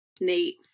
Nate